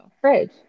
fridge